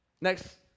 Next